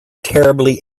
terribly